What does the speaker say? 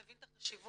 מבין את החשיבות,